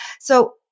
so-